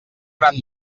gran